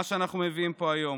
מה שאנחנו מביאים פה היום.